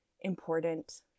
important